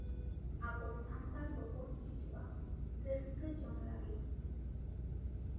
ᱟᱵᱚ ᱥᱟᱱᱛᱟᱲ ᱠᱚᱠᱚ ᱦᱤᱡᱩᱜᱼᱟ ᱨᱟᱹᱥᱠᱟᱹ ᱡᱚᱝ ᱞᱟ ᱜᱤᱫ